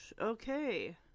Okay